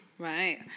Right